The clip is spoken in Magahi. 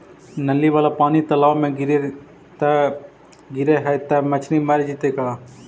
नली वाला पानी तालाव मे गिरे है त मछली मर जितै का?